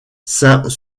saint